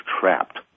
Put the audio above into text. trapped